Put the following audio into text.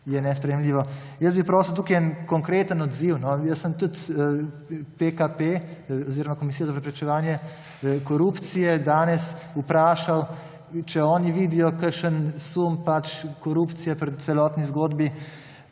je nesprejemljivo. Prosil bi tukaj en konkretne odziv. Jaz sem tudi PKP oziroma Komisijo za preprečevanje korupcije danes vprašal, če oni vidijo kakšen sum pač korupcije pri celotni zgodbi.